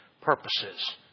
purposes